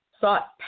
sought